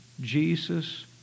Jesus